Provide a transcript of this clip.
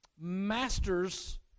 masters